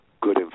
good